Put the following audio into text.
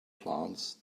plants